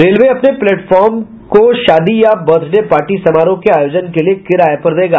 railway अपने प्लेटफार्मों को शादी या बर्थडे पार्टी समारोह के आयोजन के लिये किराये पर देगा